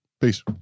Peace